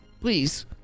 please